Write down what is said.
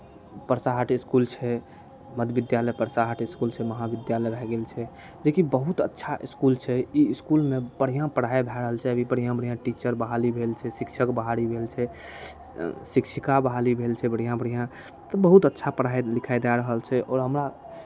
परसा हाट इसकुल छै मध्य विद्यालय परसा हाट इसकुल छै महाविद्यालय भए गेल छै जेकि बहुत अच्छा इसकुल छै ई इसकुलमे बढ़िआँ पढ़ाइ भए रहल छै अभी बढ़िआँ बढ़िआँ टीचर बहाली भेल छै शिक्षक बहाली भेल छै शिक्षिका बहाली भेल छै बढ़िआँ बढ़िआँ तऽ बहुत अच्छा पढ़ाइ लिखाइ दए रहल छै आओर हमरा